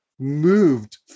moved